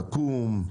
אקו"ם,